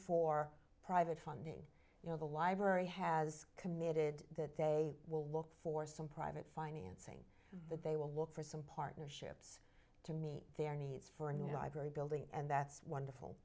for private funding you know the library has committed that they will look for some private financing that they will look for some partnerships to meet their needs for a new library building and that's wonderful